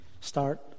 start